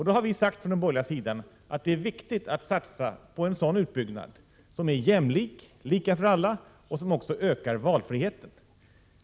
Då har vi från den borgerliga sidan sagt att det är viktigt att satsa på en utbyggnad som är jämlik, lika för alla, och som också ökar valfriheten.